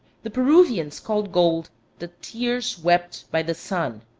the peruvians called gold the tears wept by the sun.